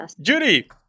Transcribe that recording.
Judy